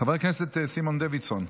חבר הכנסת סימון דוידסון.